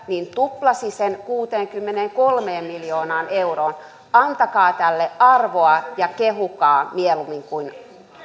riitä niin tuplasi sen kuuteenkymmeneenkolmeen miljoonaan euroon antakaa tälle arvoa ja kehukaa mieluummin kuin